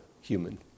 human